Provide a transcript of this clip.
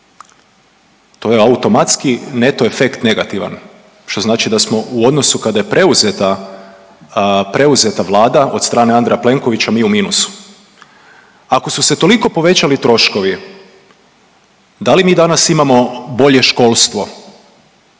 To je automatski neto efekt negativan što znači da smo u odnosu kada je preuzeta, preuzeta Vlada od strane Andreja Plenkovića mi u minusu. Ako u se toliko povećali troškovi da li mi danas imamo bolje školstvo,